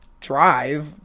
Drive